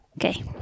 Okay